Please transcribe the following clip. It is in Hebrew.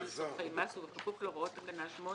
שבהן הוא תושב לצרכי מס, ובכפוף להוראות תקנה 8